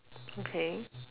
okay